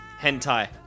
Hentai